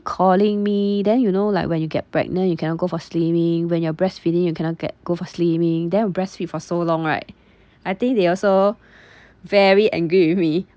calling me then you know like when you get pregnant you cannot go for slimming when you are breastfeeding you cannot get go for slimming then you breastfeed for so long right I think they also very angry with me